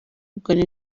kuganira